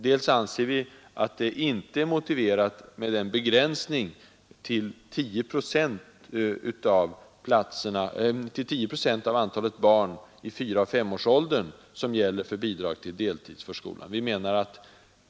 Vi anser inte att den begränsning till tio procent av antalet 4—S-åringar som föreslås för bidrag till deltidsförskolan är motiverad.